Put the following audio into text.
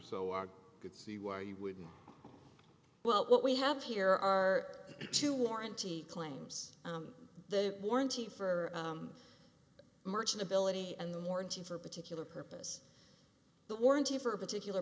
so i could see why you wouldn't well what we have here are two warranty claims the warranty for merchantability and the more in tune for a particular purpose the warranty for a particular